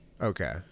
Okay